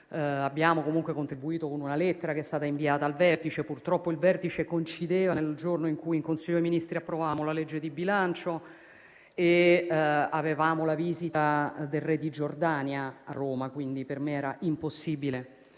abbiamo contribuito con una lettera che è stata inviata al Vertice, che purtroppo coincideva con il giorno in cui in Consiglio dei ministri approvavamo il disegno di legge di bilancio e avevamo la visita del re di Giordania a Roma, quindi per me era impossibile